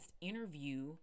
interview